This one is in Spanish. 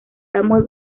samuel